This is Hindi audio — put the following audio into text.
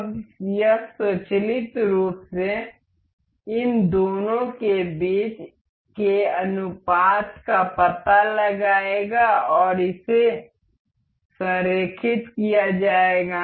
अब यह स्वचालित रूप से इन दोनों के बीच के अनुपात का पता लगाएगा और इसे संरेखित किया जाएगा